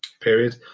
period